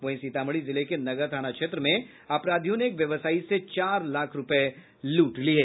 वहीं सीतामढ़ी जिले के नगर थाना क्षेत्र में अपराधियों ने एक व्यवसायी से चार लाख रूपये लूट लिये